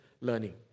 learning